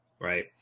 Right